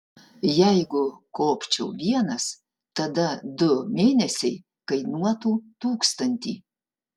jeigu kopčiau vienas tada du mėnesiai kainuotų tūkstantį